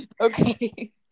Okay